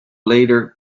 later